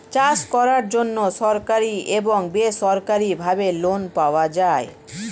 চাষ করার জন্য সরকারি এবং বেসরকারিভাবে লোন পাওয়া যায়